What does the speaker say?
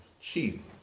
cheating